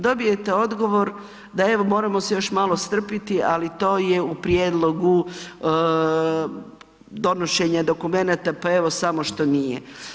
Dobijete odgovor da evo moramo se još malo strpiti ali to je prijedlogu donošenja dokumenata pa evo samo što nije.